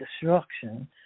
destruction